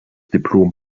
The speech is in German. diplom